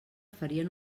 farien